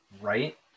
right